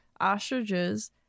ostriches